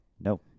No